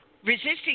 resisting